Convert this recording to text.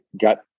got